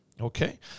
Okay